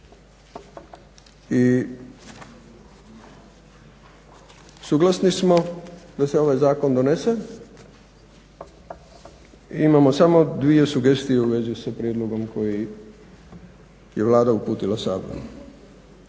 I suglasni smo da se ovaj zakon donese. Imamo samo dvije sugestije u vezi sa prijedlogom koji je Vlada uputila Saboru.